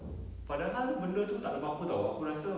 padahal benda tu tak ada apa apa tahu aku rasa